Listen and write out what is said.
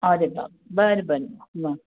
अरे बा बरं बरं वा